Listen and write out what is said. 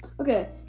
Okay